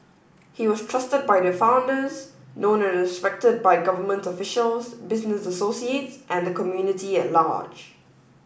he was trusted by the founders known and respected by government officials business associates and the community at large